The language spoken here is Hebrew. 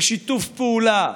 בשיתוף פעולה,